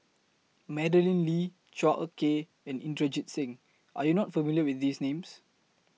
Madeleine Lee Chua Ek Kay and Inderjit Singh Are YOU not familiar with These Names